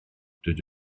dydw